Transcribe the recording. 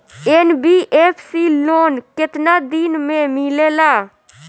NBFC loan केतना दिन मे मिलेला?